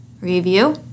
review